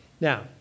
now